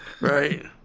Right